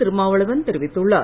திருமாவளவன் தெரிவித்துள்ளார்